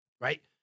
Right